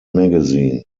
magazine